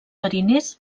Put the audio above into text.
mariners